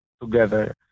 together